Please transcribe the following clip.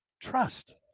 Trust